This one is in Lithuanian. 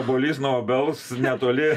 obuolys nuo obels netoli